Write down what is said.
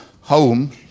home